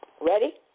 Ready